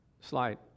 slide